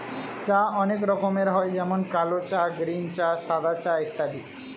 চা অনেক রকমের হয় যেমন কালো চা, গ্রীন চা, সাদা চা ইত্যাদি